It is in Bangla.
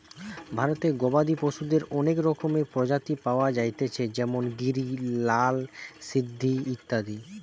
ভারতে গবাদি পশুদের অনেক রকমের প্রজাতি পায়া যাইতেছে যেমন গিরি, লাল সিন্ধি ইত্যাদি